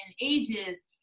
ages